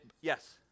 Yes